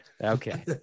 okay